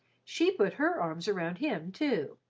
she put her arms around him, too,